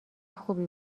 خوبی